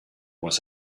was